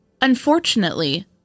Unfortunately